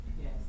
Yes